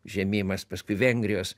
užėmimas paskui vengrijos